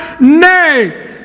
Nay